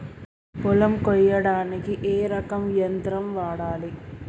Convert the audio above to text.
పొలం కొయ్యడానికి ఏ రకం యంత్రం వాడాలి?